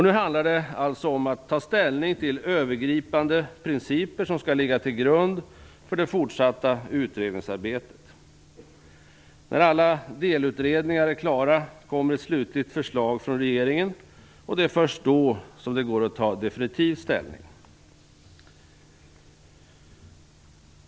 Nu handlar det alltså om att ta ställning till övergripande principer som skall ligga till grund för det fortsatta utredningsarbetet. När alla delutredningar är klara kommer ett slutligt förslag från regeringen, och det är först då som det går att ta definitiv ställning.